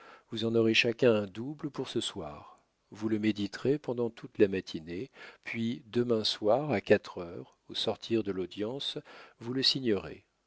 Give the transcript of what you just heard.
vous en aurez chacun un double pour ce soir vous le méditerez pendant toute la matinée puis demain soir à quatre heures au sortir de l'audience vous le signerez